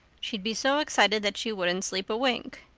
she'd be so excited that she wouldn't sleep a wink.